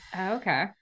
okay